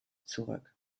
zurück